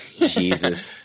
Jesus